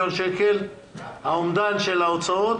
האומדן של ההוצאות,